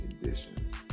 conditions